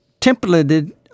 templated